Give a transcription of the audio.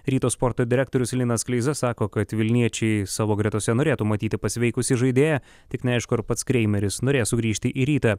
ryto sporto direktorius linas kleiza sako kad vilniečiai savo gretose norėtų matyti pasveikusį žaidėją tik neaišku ar pats kreimeris norės sugrįžti į rytą